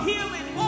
healing